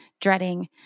dreading